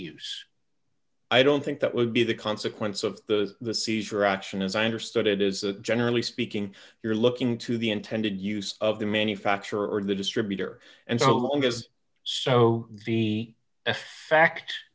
use i don't think that would be the consequence of the seizure action as i understood it is that generally speaking you're looking to the intended use of the manufacturer of the distributor and so long as so the if fact